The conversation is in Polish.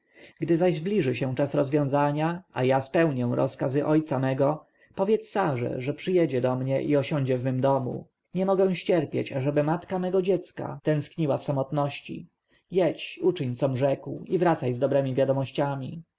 gdy zaś zbliży się czas rozwiązania a ja spełnię rozkazy ojca mego powiedz sarze że przyjedzie do mnie i osiądzie w mym domu nie mogę ścierpieć ażeby matka mojego dziecka tęskniła w samotności jedź uczyń com rzekł i wracaj z dobremi wiadomościami